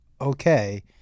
okay